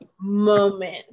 moment